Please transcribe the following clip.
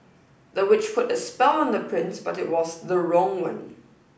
the witch put a spell on the prince but it was the wrong one